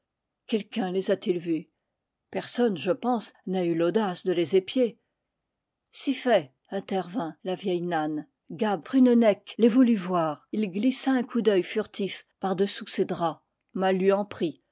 quelqu'un les a-t-il vus personne je pense n'a eu l'audace de les épier si fait intervint la vieille nann gab prunennec les voulut voir il glissa un coup d'œil furtif par-dessous ses draps mal lui en prit